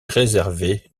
réserver